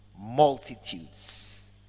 Multitudes